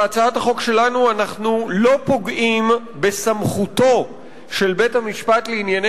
בהצעת החוק שלנו אנחנו לא פוגעים בסמכותו של בית-המשפט לענייני